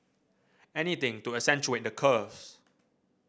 anything to accentuate the curves